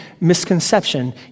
misconception